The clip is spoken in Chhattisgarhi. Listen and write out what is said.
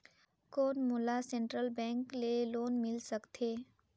कौन मोला सेंट्रल बैंक ले लोन मिल सकथे?